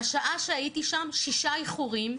בשעה שהייתי שם, היו ששה איחורים.